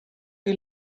who